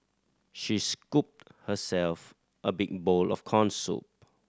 she scooped herself a big bowl of corn soup